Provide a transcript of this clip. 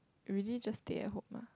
really just stay at home ah